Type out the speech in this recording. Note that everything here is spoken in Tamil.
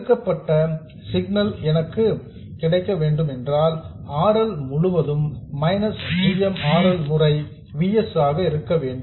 பெருக்கப்பட்ட சிக்னல் எனக்கு கிடைக்க வேண்டும் என்றால் R L முழுவதும் minus g m R L முறை V s ஆக இருக்க வேண்டும்